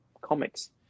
comics